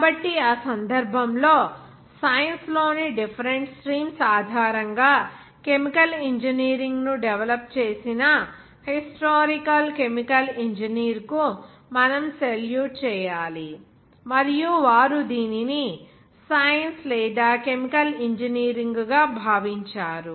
కాబట్టి ఆ సందర్భంలో సైన్స్ లోని డిఫరెంట్ స్ట్రీమ్స్ ఆధారంగా కెమికల్ ఇంజనీరింగ్ను డెవలప్ చేసిన హిస్టారికల్ కెమికల్ ఇంజనీర్కు మనము సెల్యూట్ చేయాలి మరియు వారు దీనిని సైన్స్ లేదా కెమికల్ ఇంజనీరింగ్గా భావించారు